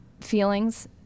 feelings